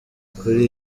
kuri